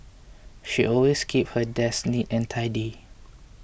she always keeps her desk neat and tidy